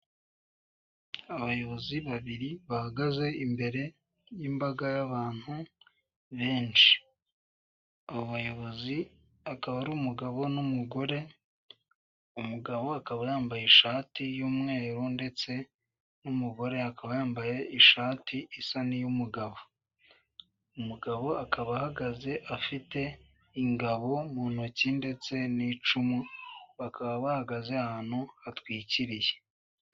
Abayobozi babiri bahagaze imbere y'imbaga y'abantu benshi. Abo bayobozi akaba ari umugabo n'umugore. Umugabo akaba yambaye ishati y'umweru ndetse n'umugore akaba yambaye ishati isa n'iy'umugabo. Umugabo akaba ahagaze afite ingabo mu ntoki ndetse n'icumu, bakaba bahagaze ahantu hatwikiriye.